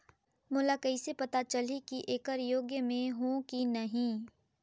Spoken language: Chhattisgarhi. मोला कइसे पता चलही की येकर योग्य मैं हों की नहीं?